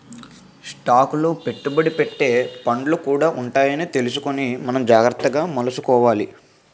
stock లో పెట్టుబడి పెట్టే ఫండ్లు కూడా ఉంటాయని తెలుసుకుని మనం జాగ్రత్తగా మసలుకోవాలి